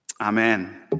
Amen